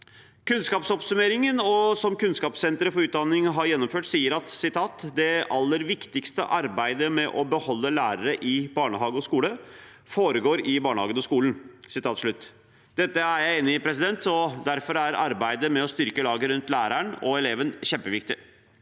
kunnskapsoppsummeringen som Kunnskapssenter for utdanning har gjennomført, står det: «Det aller viktigste arbeidet med å beholde lærere i barnehage og skole foregår i barnehagen og skolen.» Dette er jeg enig i, og derfor er arbeidet med å styrke laget rundt læreren og eleven kjempeviktig.